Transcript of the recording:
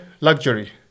luxury